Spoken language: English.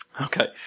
Okay